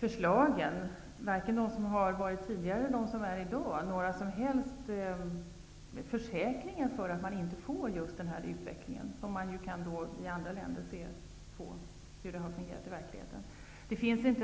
förslagen, varken de som förs fram i dag eller de som förts fram tidigare, några som helst försäkringar för att utvecklingen inte blir av detta slag. Vi kan se hur det har fungerat i verkligheten, i andra länder.